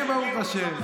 ברוך השם.